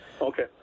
Okay